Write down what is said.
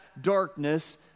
darkness